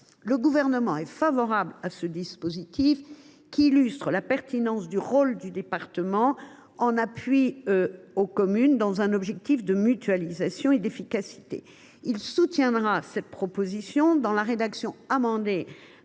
Le Gouvernement est favorable à ce dispositif, qui illustre la pertinence du rôle du département en appui aux communes, dans un objectif de mutualisation et d’efficacité. Il soutiendra donc cette proposition, dans la rédaction amendée